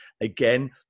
Again